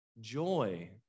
joy